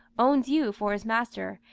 owns you for his master,